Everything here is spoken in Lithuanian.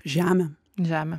žemę žemę